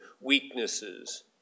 weaknesses